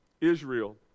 Israel